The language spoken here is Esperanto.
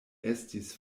estis